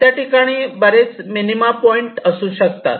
त्या ठिकाणी बरेच मिनीमा पॉईंट असू शकतात